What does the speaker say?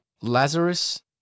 Lazarus